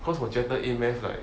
cause 我觉得 A math like